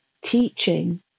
teaching